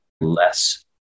less